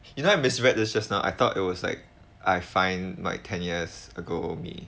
you know I misread this just now I thought it was like I find like ten years ago me